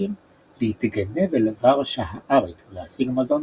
ובסדקים - להתגנב אל ורשה ה"ארית" ולהשיג מזון